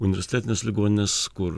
universitetinės ligoninės kur